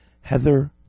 Heather